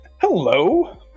Hello